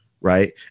right